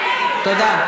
תודה.